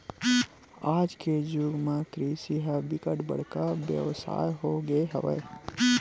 आज के जुग म कृषि ह बिकट बड़का बेवसाय हो गे हवय